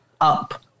up